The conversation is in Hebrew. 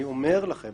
אגב, אני אומר לכם